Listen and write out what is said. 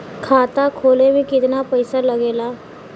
खाता खोले में कितना पैसा लगेला?